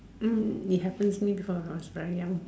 it happens to me when I was very young